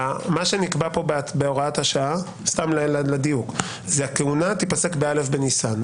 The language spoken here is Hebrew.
מה שנקבע פה בהוראת השעה סתם לדיוק זה הכהונה תיפסק בא' בניסן.